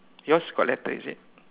yours got letter is it